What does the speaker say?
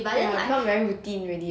ya not very routine already